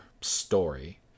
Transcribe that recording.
story